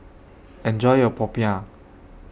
Enjoy your Popiah